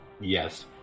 Yes